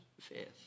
Faith